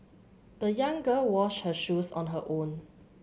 the young girl washed her shoes on her own